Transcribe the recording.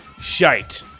Shite